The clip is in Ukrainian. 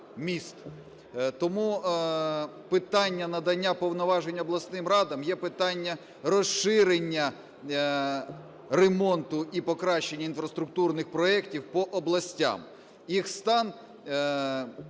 Тому питання надання повноваження обласним радам є питання розширення ремонту і покращення інфраструктурних проектів по областях. Їх стан